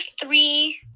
three